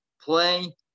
play